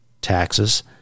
taxes